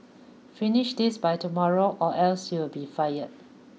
finish this by tomorrow or else you'll be fired